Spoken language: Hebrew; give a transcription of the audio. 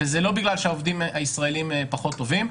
וזה לא בגלל שהעובדים הישראלים פחות טובים.